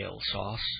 sauce